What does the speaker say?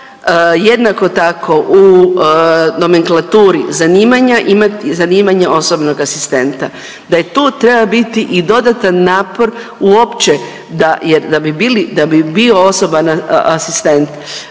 jednako tako u nomenklaturi zanimanja imati zanimanje osobnog asistenta. Da tu treba biti i dodatan napor uopće, jer da bi bio osoban asistent